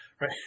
right